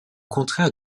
contraire